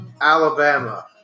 Alabama